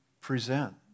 present